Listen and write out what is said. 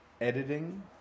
editing